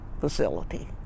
facility